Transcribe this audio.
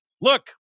look